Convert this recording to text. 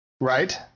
Right